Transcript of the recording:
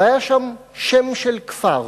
והיה שם שם של כפר